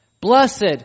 Blessed